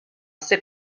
ser